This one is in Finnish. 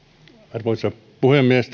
arvoisa puhemies